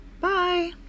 bye